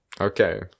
okay